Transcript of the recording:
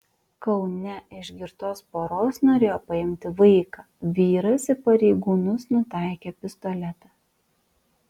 kaune iš girtos poros norėjo paimti vaiką vyras į pareigūnus nutaikė pistoletą